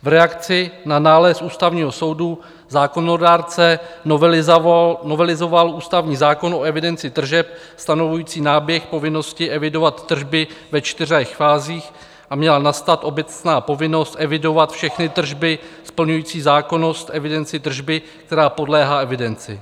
V reakci na nález Ústavního soudu zákonodárce novelizoval ústavní zákon o evidenci tržeb stanovující náběh povinnosti evidovat tržby ve čtyřech fázích a měla nastat obecná povinnost evidovat všechny tržby splňující zákonnost evidenci tržby, která podléhá evidenci.